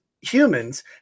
humans